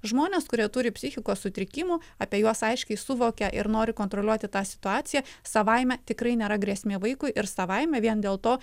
žmonės kurie turi psichikos sutrikimų apie juos aiškiai suvokia ir nori kontroliuoti tą situaciją savaime tikrai nėra grėsmė vaikui ir savaime vien dėl to